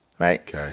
Right